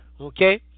okay